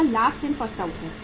वह last in first out है